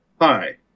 Hi